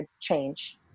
change